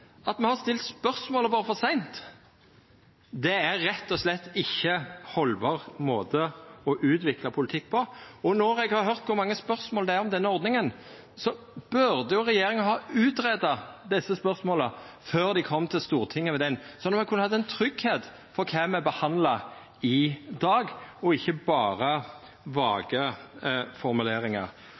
at me har stilt spørsmåla våre for seint. Det er rett og slett ikkje ein haldbar måte å utvikla politikk på. Når eg har høyrt kor mange spørsmål det er om denne ordninga, burde regjeringa ha greidd ut desse spørsmåla før dei kom til Stortinget, slik at me kunne vera trygge på det me behandlar i dag, og ikkje berre fått vage formuleringar.